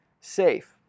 safe